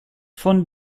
von